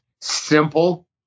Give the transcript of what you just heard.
simple